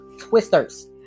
twisters